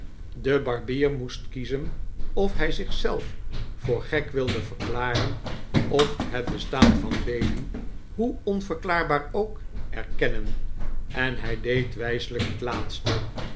de barbier moest kiezen of hij zich zelf voor gek wilde verklaren of het bestaan van bailey hoe onverklaarbaar ook erkennen en hij deed wijselijk het laatste